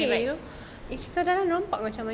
seluar dalam nampak ke macam mana